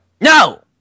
No